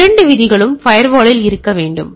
எனவே இரண்டு விதிகளும் ஃபயர்வாலில் இருக்க வேண்டும்